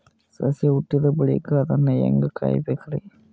ಸಸಿ ಹುಟ್ಟಿದ ಬಳಿಕ ಅದನ್ನು ಹೇಂಗ ಕಾಯಬೇಕಿರಿ?